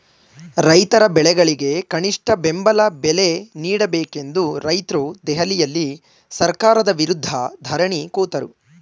ರೈತರ ಬೆಳೆಗಳಿಗೆ ಕನಿಷ್ಠ ಬೆಂಬಲ ಬೆಲೆ ನೀಡಬೇಕೆಂದು ರೈತ್ರು ದೆಹಲಿಯಲ್ಲಿ ಸರ್ಕಾರದ ವಿರುದ್ಧ ಧರಣಿ ಕೂತರು